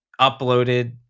uploaded